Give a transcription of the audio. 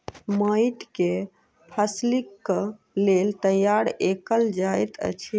माइट के फसीलक लेल तैयार कएल जाइत अछि